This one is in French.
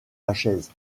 lachaise